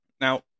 Now